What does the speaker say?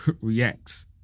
reacts